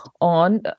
on